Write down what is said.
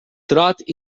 trot